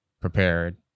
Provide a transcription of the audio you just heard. prepared